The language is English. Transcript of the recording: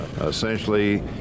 Essentially